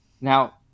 Now